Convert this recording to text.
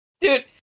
Dude